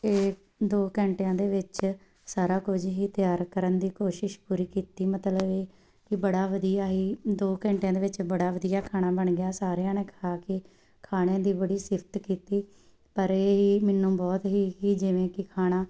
ਇਹ ਦੋ ਘੰਟਿਆਂ ਦੇ ਵਿੱਚ ਸਾਰਾ ਕੁਝ ਹੀ ਤਿਆਰ ਕਰਨ ਦੀ ਕੋਸ਼ਿਸ਼ ਪੂਰੀ ਕੀਤੀ ਮਤਲਬ ਇਹ ਵੀ ਬੜਾ ਵਧੀਆ ਹੀ ਦੋ ਘੰਟਿਆਂ ਦੇ ਵਿੱਚ ਬੜਾ ਵਧੀਆ ਖਾਣਾ ਬਣ ਗਿਆ ਸਾਰਿਆਂ ਨੇ ਖਾ ਕੇ ਖਾਣੇ ਦੀ ਬੜੀ ਸਿਫਤ ਕੀਤੀ ਪਰ ਇਹ ਹੀ ਮੈਨੂੰ ਬਹੁਤ ਹੀ ਹੀ ਜਿਵੇਂ ਕਿ ਖਾਣਾ